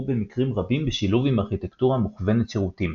במקרים רבים בשילוב עם ארכיטקטורה מוכוונת שירותים.